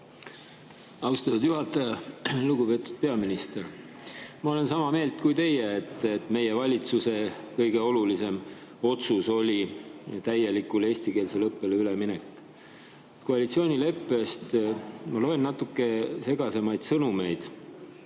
Austatud juhataja! Lugupeetud peaminister! Ma olen sama meelt kui teie, et meie valitsuse kõige olulisem otsus oli täielikult eestikeelsele õppele üleminek. Koalitsioonileppest loen ma natuke segasemaid sõnumeid.